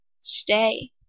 Stay